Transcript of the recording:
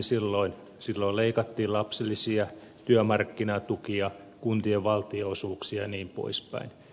silloin leikattiin lapsilisiä työmarkkinatukia kuntien valtio osuuksia jnp